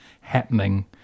happening